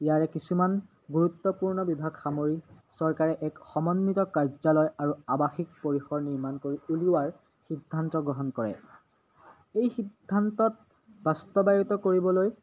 ইয়াৰে কিছুমান গুৰুত্বপূৰ্ণ বিভাগ সামৰি চৰকাৰে এক সমন্বিত কাৰ্যালয় আৰু আৱাসিক পৰিসৰ নিৰ্মাণ কৰি উলিওৱাৰ সিদ্ধান্ত গ্ৰহণ কৰে এই সিদ্ধান্তত বাস্তবায়িত কৰিবলৈ